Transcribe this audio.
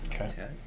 Okay